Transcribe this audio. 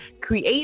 create